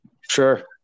Sure